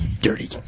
Dirty